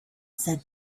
said